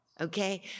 Okay